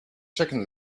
chicken